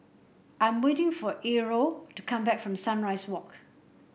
I'm waiting for Errol to come back from Sunrise Walk